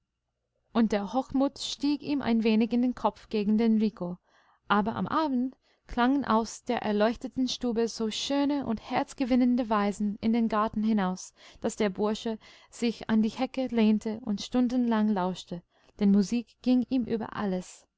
und der hochmut stieg ihm ein wenig in den kopf gegen den rico aber am abend klangen aus der erleuchteten stube so schöne und herzgewinnende weisen in den garten hinaus daß der bursche sich an die hecke lehnte und stundenlang lauschte denn musik ging ihm über alles